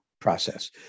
process